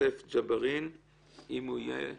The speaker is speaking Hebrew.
יוסף ג'בארין, אם הוא יהיה.